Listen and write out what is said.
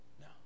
No